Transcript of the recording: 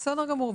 בסדר גמור.